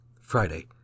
Friday